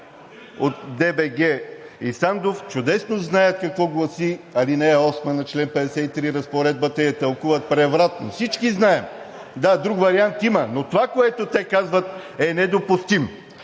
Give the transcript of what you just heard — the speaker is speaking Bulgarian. от ДБ и Сандов чудесно знаят какво гласи ал. 8 на чл. 53 – Разпоредбата, и я тълкуват превратно. Всички знаем! Да, друг вариант има, но това, което те казват, е недопустимо